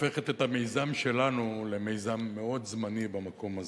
הופכת את המיזם שלנו למיזם מאוד זמני במקום הזה,